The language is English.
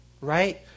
Right